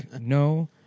no